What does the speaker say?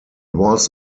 was